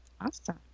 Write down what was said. Awesome